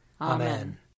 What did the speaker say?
Amen